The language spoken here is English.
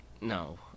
no